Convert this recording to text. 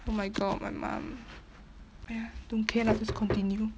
oh my god my mum !aiya! don't care lah just continue